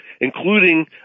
including